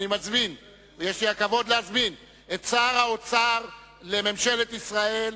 יש לי הכבוד להזמין את שר האוצר בממשלת ישראל,